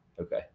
okay